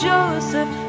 Joseph